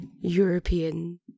European